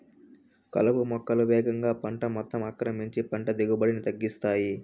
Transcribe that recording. కలుపు మొక్కలు వేగంగా పంట మొత్తం ఆక్రమించి పంట దిగుబడిని తగ్గిస్తాయి